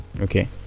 okay